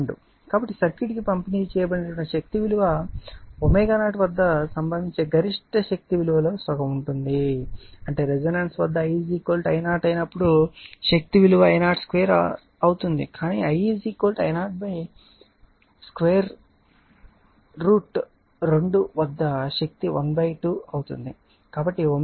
కాబట్టి సర్క్యూట్కు పంపిణీ చేయబడిన శక్తి విలువ ω0 వద్ద సంభవించే గరిష్ట శక్తి విలువ లో సగం ఉంటుంది అంటే రెసోనెన్స్ వద్ద I I0 అయినప్పుడు శక్తి విలువ I02R అవుతుంది కానీ I I0 √ 2 వద్ద శక్తి 12 అవుతుంది